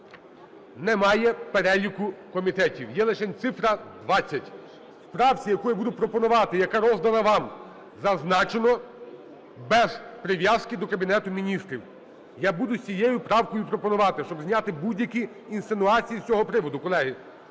немає переліку комітетів, є лишень цифра 20. У правці, яку я буду пропонувати, яка роздана вам, зазначено: без прив'язки до Кабінету Міністрів. Я буду з цією правкою пропонувати, щоб зняти будь-які інсинуації з цього приводу. Колеги,